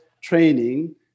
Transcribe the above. training